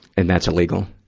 and that's illegal.